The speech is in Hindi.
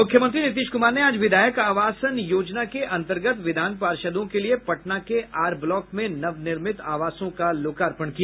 मुख्यमंत्री नीतीश कुमार ने आज विधायक आवासन योजना के अंतर्गत विधान पार्षदों के लिये पटना के आर ब्लॉक में नवनिर्मित आवासों का लोकार्पण किया